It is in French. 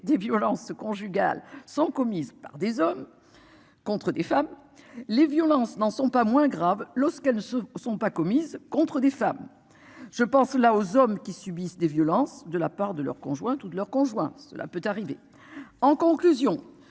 des violences conjugales sont commises par des hommes. Contre des femmes, les violences n'en sont pas moins graves lorsqu'elles ne se sont pas commises contre des femmes je pense là aux hommes qui subissent des violences de la part de leur conjoint tout de leurs conjoints, cela peut arriver. En conclusion,